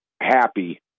happy